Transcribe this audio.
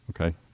okay